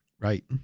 right